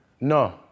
No